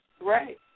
Right